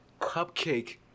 Cupcake